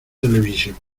televisión